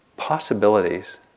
possibilities